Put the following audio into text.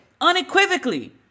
unequivocally